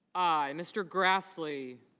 i. mr. grassley